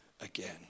again